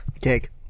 Cake